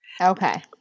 Okay